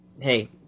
Hey